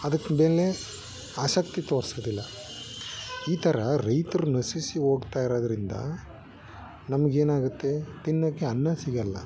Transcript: ಅದಕ್ಕೆ ಮೇಲೆ ಆಸಕ್ತಿ ತೋರ್ಸೋದಿಲ್ಲ ಈ ಥರ ರೈತ್ರು ನಶಿಸಿ ಹೋಗ್ತಾ ಇರೋದ್ರಿಂದ ನಮ್ಗೆ ಏನಾಗುತ್ತೆ ತಿನ್ನೋಕ್ಕೆ ಅನ್ನ ಸಿಗೋಲ್ಲ